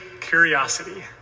curiosity